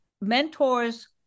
mentors